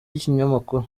y’ikinyamakuru